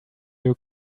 you